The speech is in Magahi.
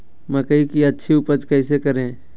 मकई की अच्छी उपज कैसे करे?